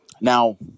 Now